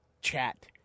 chat